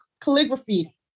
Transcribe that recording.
calligraphy